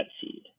seed